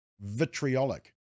vitriolic